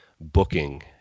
booking